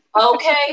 okay